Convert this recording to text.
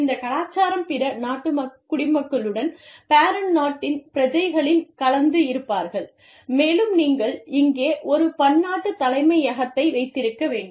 இந்த கலாச்சாரம் பிற நாட்டுக் குடிமக்களுடன் பேரண்ட் நாட்டின் பிரஜைகளின் கலந்து இருப்பார்கள் மேலும் நீங்கள் இங்கே ஒரு பன்னாட்டுத் தலைமையகத்தை வைத்திருக்க வேண்டும்